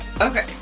Okay